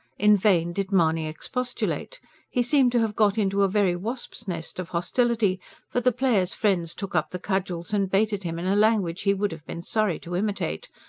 in vain did mahony expostulate he seemed to have got into a very wasps'-nest of hostility for the player's friends took up the cudgels and baited him in a language he would have been sorry to imitate,